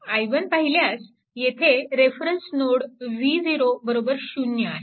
i1 पाहिल्यास येथे reference node v0 0 आहे